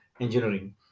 engineering